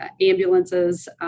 ambulances